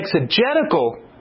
exegetical